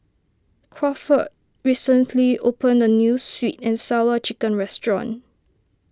Crawford recently opened a New Sweet and Sour Chicken restaurant